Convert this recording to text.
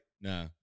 Nah